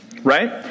Right